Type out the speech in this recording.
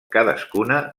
cadascuna